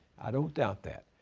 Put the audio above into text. i don't doubt that.